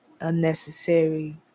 unnecessary